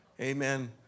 Amen